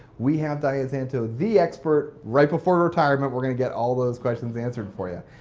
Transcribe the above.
we have diane zanto, the expert, right before retirement, we're going to get all those questions answered for you. ah,